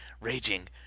raging